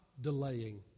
delaying